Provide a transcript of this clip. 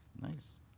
nice